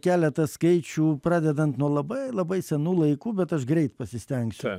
keletą skaičių pradedant nuo labai labai senų laikų bet aš greit pasistengsiu